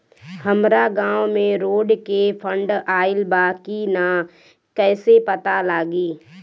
हमरा गांव मे रोड के फन्ड आइल बा कि ना कैसे पता लागि?